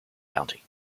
county